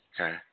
Okay